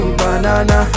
banana